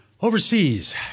Overseas